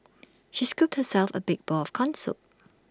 she scooped herself A big bowl of Corn Soup